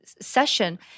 session